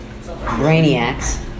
brainiacs